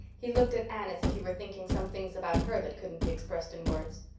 he looked at anne as if he were thinking some things about her that couldn't be expressed in words.